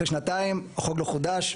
אחרי שנתיים החוק לא חודש,